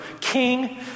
king